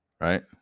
Right